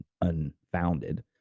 unfounded